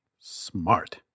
smart